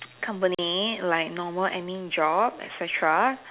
company like normal admin job et cetera